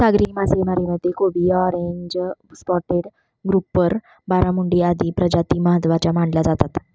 सागरी मासेमारीमध्ये cobia, orange spotted grouper, barramundi आदी प्रजाती महत्त्वाच्या मानल्या जातात